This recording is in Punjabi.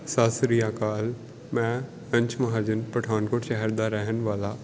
ਸਤਿ ਸ਼੍ਰੀ ਅਕਾਲ ਮੈਂ ਅੰਸ਼ ਮਹਾਜਨ ਪਠਾਨਕੋਟ ਸ਼ਹਿਰ ਦਾ ਰਹਿਣ ਵਾਲਾ